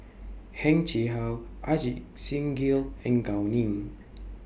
Heng Chee How Ajit Singh Gill and Gao Ning